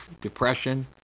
depression